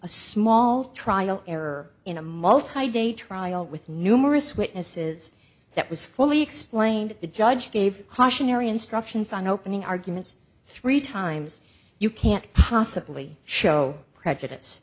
a small trial error in a multi day trial with numerous witnesses that was fully explained the judge gave cautionary instructions on opening arguments three times you can't possibly show prejudice